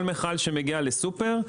כל מכל שמגיע לסופר,